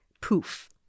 poof